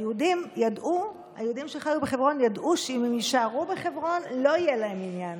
היהודים שחיו בחברון ידעו שאם הם יישארו בחברון לא יהיה להם מניין,